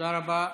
תודה רבה.